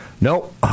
Nope